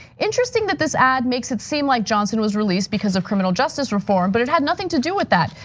interesting that this ad makes it seem like johnson was released because of criminal justice reform but it had nothing to do with that.